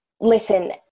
listen